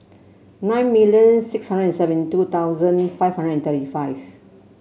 nine million six hundred and seventy two thousand five hundred and thirty five